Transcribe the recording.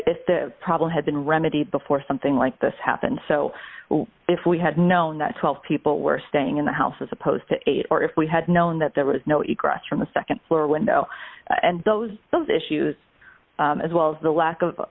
if the problem had been remedied before something like this happened so if we had known that twelve people were staying in the house as opposed to eight or if we had known that there was no egress from the nd floor window and those those issues as well as the lack of